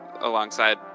alongside